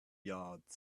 yards